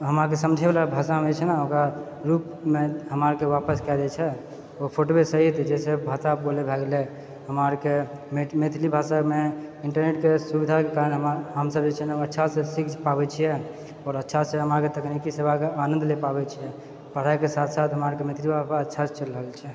हमरा समझै बला भाषामे जेछै नहि ओकरा रुपमे हमरा आरके वापस करि दए छै ओ फोटुए सहित जे छै भाषा बदलि भए गेले हमरा आरके मैथिलीभाषामे इन्टरनेटके सुविधाके कारण हमसब जेछै ने अच्छासँ सीख पाबए छिए आओर अच्छासँ हम तकनीकी सेवाके आनन्द लए पाबए छिए पढ़ाइके साथ साथ हमरा आरके मैथिलियो अभ्यास अच्छासँ चलि रहल छै